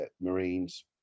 marines